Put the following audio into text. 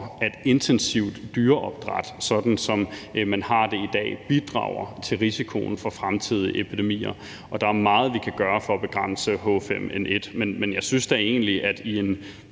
at intensivt dyreopdræt, som man har det i dag, bidrager til risikoen for fremtidige epidemier, og der er meget, vi kan gøre for at begrænse H5N1. Men jeg synes da egentlig, at det